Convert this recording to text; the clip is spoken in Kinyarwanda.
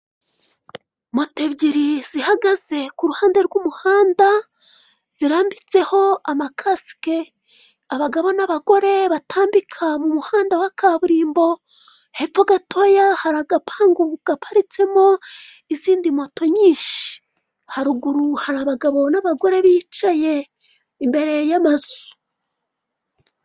Moto ebyiri zihagaze ku ruhande rw'umuhanda, ziranmbitseho amakasike, abagabo n'abagore batambika mu muhanda wa kaburimbo, hepfo gatoya hari agapangu kaparitsemo izindi moto nyinshi, haruguru hari abagabo n'abagore bicaye imbere y'amazu.